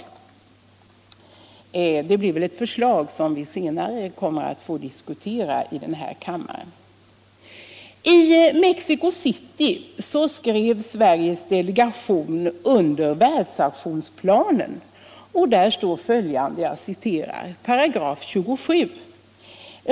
Det framställs väl ett förslag i denna fråga som vi senare kommer att få diskutera i den här kammaren. Där står följande: "827.